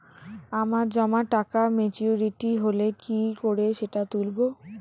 আমার জমা টাকা মেচুউরিটি হলে কি করে সেটা তুলব?